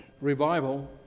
revival